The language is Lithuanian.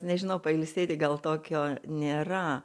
nežinau pailsėti gal tokio nėra